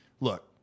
look